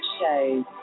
shows